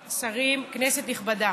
השרים, כנסת נכבדה,